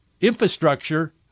infrastructure